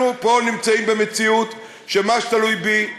אנחנו פה נמצאים במציאות, ובמה שתלוי בי,